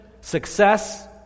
success